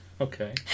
Okay